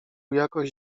jakoś